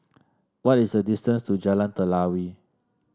what is the distance to Jalan Telawi